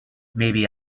maybe